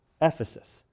Ephesus